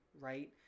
right